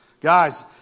Guys